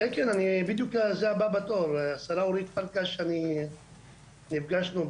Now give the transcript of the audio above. השרה אורית פרקש ואני נפגשנו,